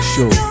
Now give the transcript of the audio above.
Show